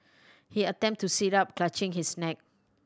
he attempt to sit up clutching his neck